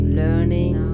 learning